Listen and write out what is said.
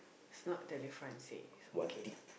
it's not delifrance okay